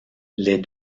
les